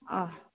ᱚᱻ